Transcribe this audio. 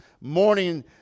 morning